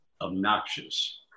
obnoxious